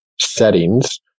settings